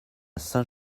saint